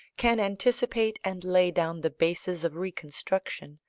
can anticipate and lay down the bases of reconstruction,